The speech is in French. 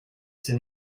c’est